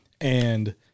and-